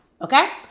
Okay